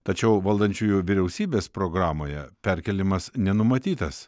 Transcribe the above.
tačiau valdančiųjų vyriausybės programoje perkėlimas nenumatytas